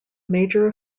major